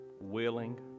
willing